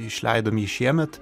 išleidom jį šiemet